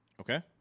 Okay